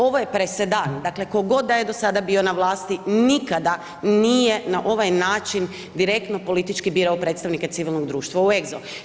Ovo je presedan, dakle tko god da je do sada bio na vlasti nikada nije na ovaj način direktno politički birao predstavnike civilnog društva u EGSO.